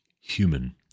human